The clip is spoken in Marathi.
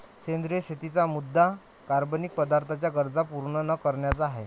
सेंद्रिय शेतीचा मुद्या कार्बनिक पदार्थांच्या गरजा पूर्ण न करण्याचा आहे